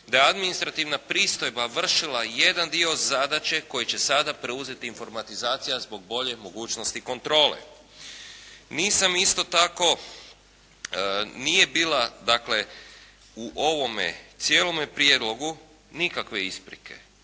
da administrativna pristojba vršila jedan dio zadaće koji će sada preuzeti informatizacija zbog bolje mogućnosti kontrole. Nisam isto tako, nije bila dakle, u ovome cijelome prijedlogu nikakve isprike.